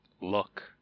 look